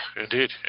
indeed